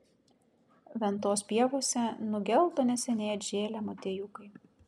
ventos pievose nugelto neseniai atžėlę motiejukai